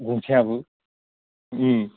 गंसेयाबो